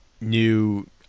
new